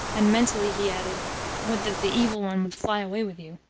and mentally he added would that the evil one would fly away with you!